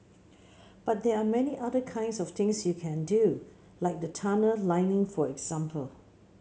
but there are many other kinds of things you can do like the tunnel lining for example